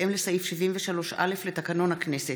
בהתאם לסעיף 73(א) לתקנון הכנסת,